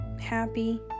happy